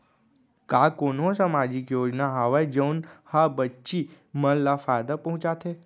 का कोनहो सामाजिक योजना हावय जऊन हा बच्ची मन ला फायेदा पहुचाथे?